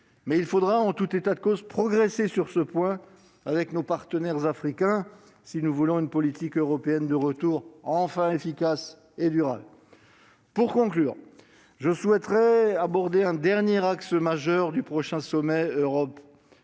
mais il faudra, en tout état de cause, avancer avec nos partenaires africains sur ce dossier, si nous voulons une politique européenne de retour enfin efficace et durable. Pour conclure, je souhaite aborder un dernier axe majeur du prochain sommet Europe-Afrique,